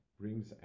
Brings